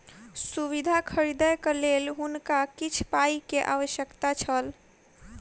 सुविधा खरीदैक लेल हुनका किछ पाई के आवश्यकता छल